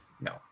no